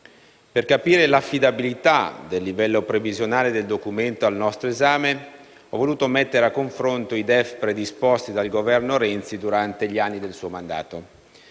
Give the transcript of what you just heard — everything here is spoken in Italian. per capire l'affidabilità del livello previsionale del Documento al nostro esame, ho messo a confronto i DEF predisposti dal Governo Renzi durante gli anni del suo mandato.